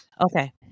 Okay